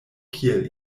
kiel